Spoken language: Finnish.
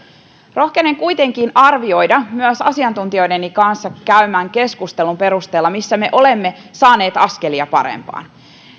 rohkenen kuitenkin myös arvioida asiantuntijoiden kanssa käymäni keskustelun perusteella missä me olemme saaneet askelia parempaan